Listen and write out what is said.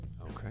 Okay